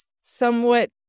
somewhat